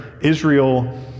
Israel